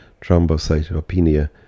thrombocytopenia